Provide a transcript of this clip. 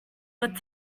but